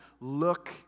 look